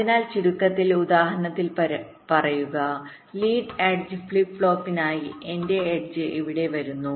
അതിനാൽ ചുരുക്കത്തിൽ ഉദാഹരണത്തിന് പറയുക ലീഡ് എഡ്ജ് ഫ്ലിപ്പ് ഫ്ലോപ്പിനായിഎന്റെ എഡ്ജ് ഇവിടെ വരുന്നു